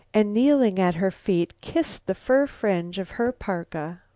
and, kneeling at her feet, kissed the fur fringe of her parka.